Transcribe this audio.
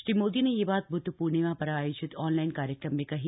श्री मोदी ने यह बात ब्द्ध पूर्णिमा पर आयोजित ऑनलाइन कार्यक्रम में कही